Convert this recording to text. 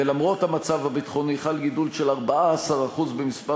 ולמרות המצב הביטחוני חל גידול של 14% במספר